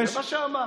זה מה שאמרת.